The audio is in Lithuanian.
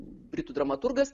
britų dramaturgas